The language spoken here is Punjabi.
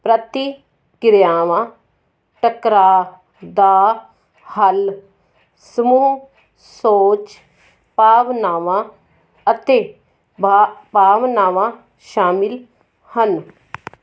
ਪ੍ਰਤੀਕ੍ਰਿਆਵਾਂ ਟਕਰਾਅ ਦਾ ਹੱਲ ਸਮੂਹ ਸੋਚ ਭਾਵਨਾਵਾਂ ਅਤੇ ਭ ਭਾਵਨਾਵਾਂ ਸ਼ਾਮਲ ਹਨ